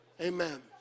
Amen